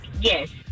Yes